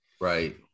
right